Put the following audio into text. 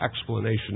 explanation